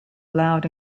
loud